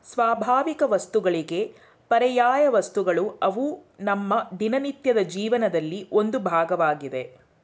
ಸ್ವಾಭಾವಿಕವಸ್ತುಗಳಿಗೆ ಪರ್ಯಾಯವಸ್ತುಗಳು ಅವು ನಮ್ಮ ದಿನನಿತ್ಯದ ಜೀವನದಲ್ಲಿ ಒಂದು ಭಾಗವಾಗಿದೆ